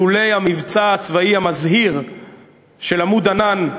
אילולא המבצע הצבאי המזהיר "עמוד ענן"